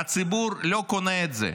והציבור לא קונה את זה.